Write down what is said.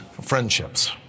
friendships